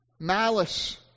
malice